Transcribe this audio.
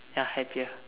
ya happier